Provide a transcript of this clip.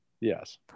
Yes